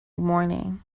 morning